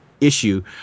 Issue